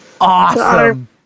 awesome